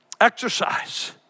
Exercise